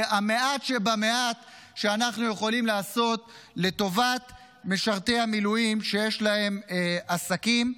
המעט שבמעט שאנחנו יכולים לעשות לטובת משרתי המילואים שיש להם עסקים,